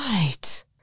Right